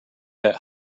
that